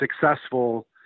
successful